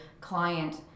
client